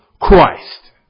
Christ